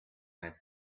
man